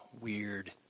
weird